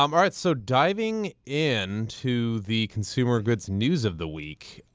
um all right, so, diving in to the consumer goods news of the week,